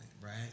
right